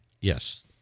Yes